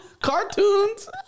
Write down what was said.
cartoons